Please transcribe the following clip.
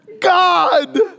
God